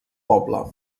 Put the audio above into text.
poble